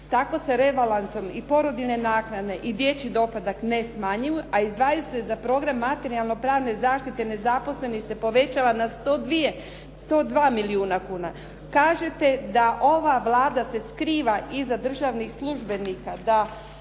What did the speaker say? tako se rebalansom i porodiljne naknade i dječji doplatak ne smanjuju, a izdvajaju se za program materijalno-pravne zaštite nezaposlenih se povećava na 102 milijuna kuna. Kažete da ova Vlada se skriva iza državnih službenika,